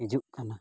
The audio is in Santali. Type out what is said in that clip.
ᱦᱤᱡᱩᱜ ᱠᱟᱱᱟ